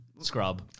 scrub